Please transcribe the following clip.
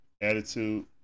attitude